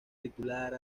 titular